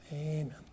amen